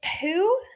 two